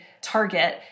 target